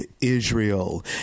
Israel